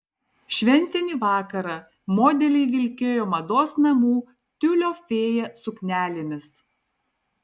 šventinį vakarą modeliai vilkėjo mados namų tiulio fėja suknelėmis